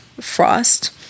frost